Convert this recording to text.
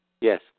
Yes